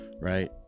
right